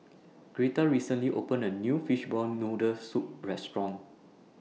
Gretta recently opened A New Fishball Noodle Soup Restaurant